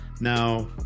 Now